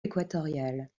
équatoriales